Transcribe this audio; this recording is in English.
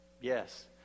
Yes